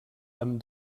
amb